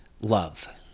love